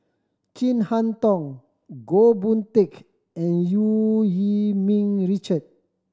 Chin Harn Tong Goh Boon Teck and Eu Yee Ming Richard